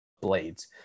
blades